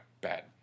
bad